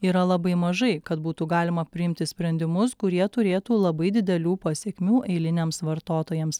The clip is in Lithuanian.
yra labai mažai kad būtų galima priimti sprendimus kurie turėtų labai didelių pasekmių eiliniams vartotojams